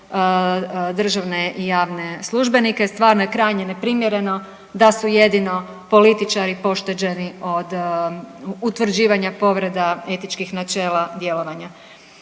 državne i javne službenike. Stvarno je krajnje neprimjereno da su jedino političari pošteđeni od utvrđivanja povreda etičkih načela djelovanja.